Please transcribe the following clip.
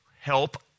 help